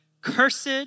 cursed